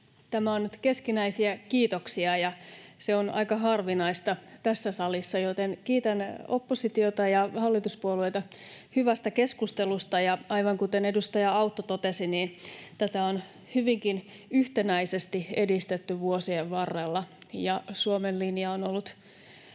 Tämä on nyt keskinäisiä kiitoksia, ja se on aika harvinaista tässä salissa, joten kiitän oppositiota ja hallituspuolueita hyvästä keskustelusta. Aivan kuten edustaja Autto totesi, niin tätä on hyvinkin yhtenäisesti edistetty vuosien varrella. Suomen linja on ollut